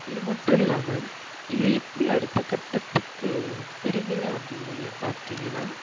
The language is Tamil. இது மட்டும் இல்லாமல் இதை எப்படி அடுத்த கட்டத்துக்கு பெருகுது அப்படின்னு நீங்கள் பார்த்தீங்கன்னா